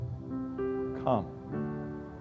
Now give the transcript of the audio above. Come